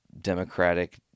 Democratic